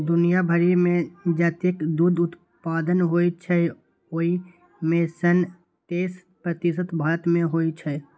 दुनिया भरि मे जतेक दुग्ध उत्पादन होइ छै, ओइ मे सं तेइस प्रतिशत भारत मे होइ छै